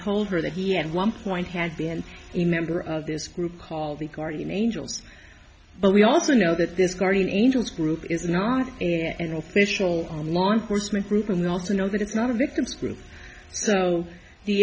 told her that he had one point had been a member of this group called the guardian angels but we also know that this guardian angels group is not an official on law enforcement group and they also know that it's not a victim's group so the